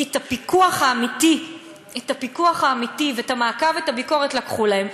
כי את הפיקוח האמיתי ואת המעקב ואת הביקורת לקחו להם.